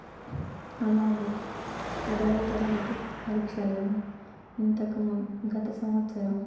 అలాగే పదవ తరగతి పరీక్షలలో ఇంతకు ముందు గత సంవత్సరం